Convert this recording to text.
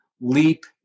LEAP